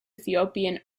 ethiopian